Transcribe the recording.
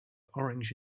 orange